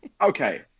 okay